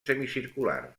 semicircular